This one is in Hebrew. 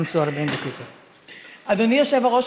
אדוני היושב-ראש,